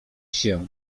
się